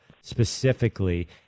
specifically